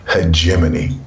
hegemony